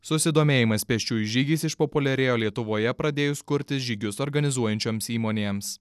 susidomėjimas pėsčiųjų žygiais išpopuliarėjo lietuvoje pradėjus kurtis žygius organizuojančioms įmonėms